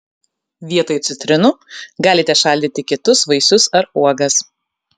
vietoj citrinų galite šaldyti kitus vaisius ar uogas